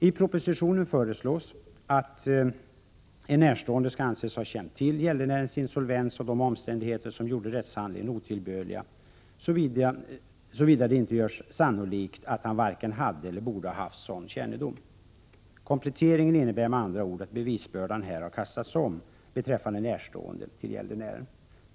I propositionen föreslås att en närstående skall anses ha känt till gäldenärens insolvens och de omständigheter som gjorde rättshandlingen otillbörlig såvida det inte görs sannolikt att han varken hade eller borde haft sådan kännedom. Kompletteringen innebär med andra ord att bevisbördan har kastats om beträffande närstående till gäldenären.